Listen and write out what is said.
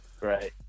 Right